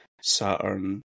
Saturn